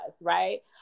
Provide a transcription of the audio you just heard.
right